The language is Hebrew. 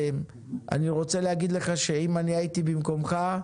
אני רוצה להגיד לך שאם אני הייתי במקומך,